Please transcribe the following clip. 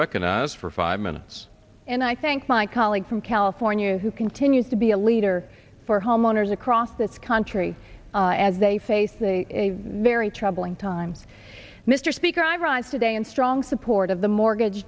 recognized for five minutes and i thank my colleague from california who continues to be a leader for homeowners across this country as they face a very troubling time mr speaker i rise today in strong support of the mortgage